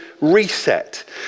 reset